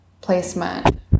placement